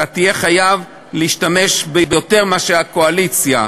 אתה תהיה חייב להשתמש ביותר מאשר הקואליציה.